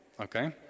okay